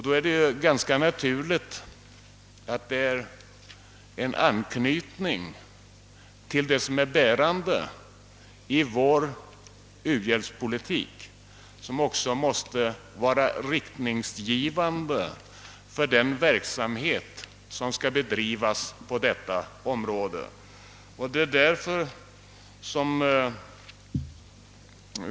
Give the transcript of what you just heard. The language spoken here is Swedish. Då är det ganska naturligt med en anknytning till det som är bärande i vår u-hjälpspolitik och som måste vara riktningsgivande i detta sammanhang.